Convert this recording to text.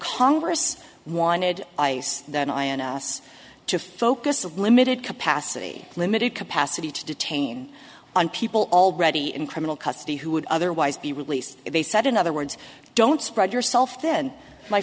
congress wanted ice that ins to focus of limited capacity limited capacity to detain on people already in criminal custody who would otherwise be released if they said in other words don't spread yourself then my